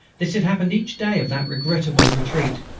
this had happened each day of that unforgettable retreat,